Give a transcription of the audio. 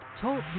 Talk